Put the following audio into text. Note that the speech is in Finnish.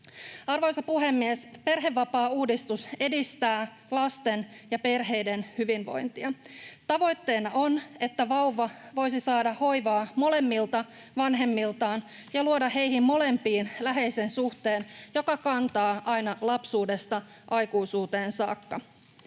Arvoisa puhemies! Perhevapaauudistus edistää lasten ja perheiden hyvinvointia. Tavoitteena on, että vauva voisi saada hoivaa molemmilta vanhemmiltaan ja luoda heihin molempiin läheisen suhteen, joka kantaa lapsuudesta aina aikuisuuteen saakka.